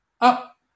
up